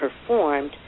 performed